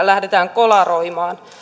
lähdetään kolaroimaan